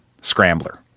scrambler